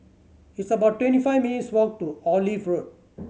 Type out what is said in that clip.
it's about twenty five minutes' walk to Olive Road